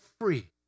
free